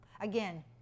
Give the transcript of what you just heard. Again